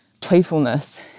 playfulness